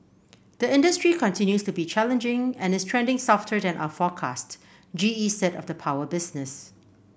the industry continues to be challenging and is trending softer than our forecast G E said of the power business